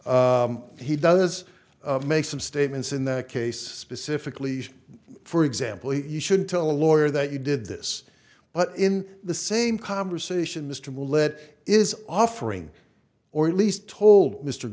he does make some statements in that case specifically for example you should tell a lawyer that you did this but in the same conversation mr willett is offering or at least told mr